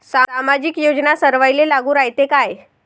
सामाजिक योजना सर्वाईले लागू रायते काय?